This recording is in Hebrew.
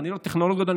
ואני לא טכנולוג גדול,